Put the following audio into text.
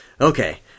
Okay